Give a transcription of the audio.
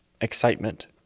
excitement